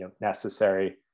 necessary